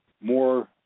more